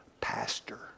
pastor